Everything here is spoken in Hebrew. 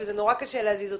וזה נורא קשה להזיז אותו.